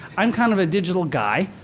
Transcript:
i'm kind of a digital guy,